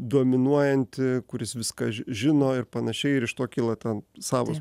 dominuojantį kuris viską žino ir panašiai ir iš to kyla ten savos